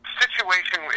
situation